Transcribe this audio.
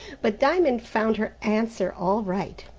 but diamond found her answer all right.